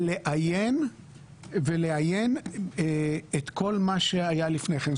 ולאיין את כול מה שהיה לפני כן.